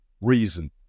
reason